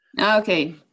Okay